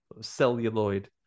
celluloid